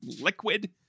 liquid